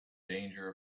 danger